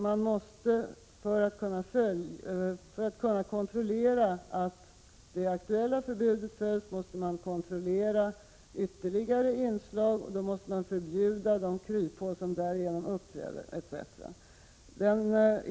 Man måste för att kontrollera att det aktuella förbudet följs kontrollera, och man måste täcka de kryphål som uppträder etc.